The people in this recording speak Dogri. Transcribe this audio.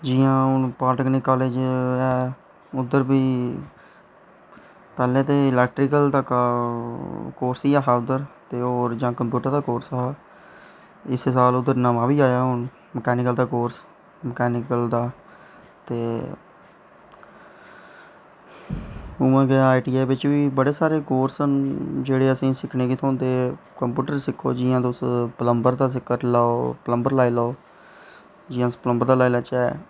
जियां हून पोलिटैकनिकल कालेज ऐ उद्धर बी पैह्लें दे इलैक्ट्रिकल दा कोर्स हा उद्धर जां कंप्यूटर दा कोर्स हा इस साल उद्धर नमां बी आया मकैनिकल दा कोर्स मकैनिकल दा ते उआं गै आई टी आई च बड़े सारे को्रस न जेह्ड़े असेंगी सिक्खने गी थ्होंदे कंप्यूटर सिक्खो जियां तुस पलंम्बर दा सिक्खी लैओ पलंम्बर लाई लैऔ जियां अस पलंम्बर दा लाई लैच्चै